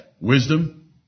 wisdom